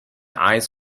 eyes